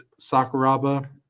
Sakuraba